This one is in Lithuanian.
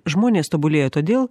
žmonės tobulėja todėl